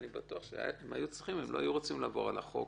אני בטוח שהם היו צריכים הם לא היו רוצים לעבור על החוק.